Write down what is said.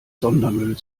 sondermüll